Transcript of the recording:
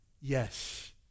Yes